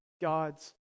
God's